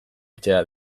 etxea